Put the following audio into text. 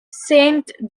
saint